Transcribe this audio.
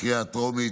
בקריאה הטרומית,